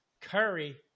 Curry